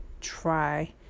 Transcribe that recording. try